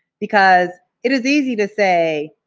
because it is easy to say,